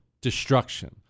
destruction